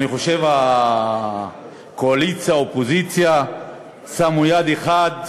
אני חושב שהקואליציה והאופוזיציה עשו יד אחת